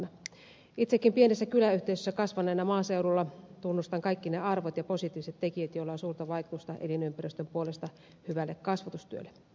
itsekin maaseudulla pienessä kyläyhteisössä kasvaneena tunnustan kaikki ne arvot ja positiiviset tekijät joilla suurta vaikutusta elinympäristön puolesta hyvään kasvatustyöhön